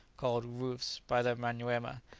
called roufs by the manyuema,